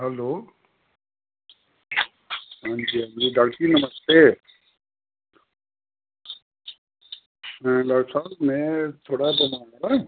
hello हां जी हां जी डाक्टर जी नमस्ते डाक्टर साह्ब में थोह्ड़ा बमार आं